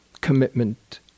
commitment